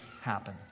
happen